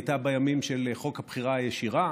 הייתה בימים של חוק הבחירה הישירה,